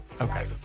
Okay